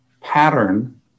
pattern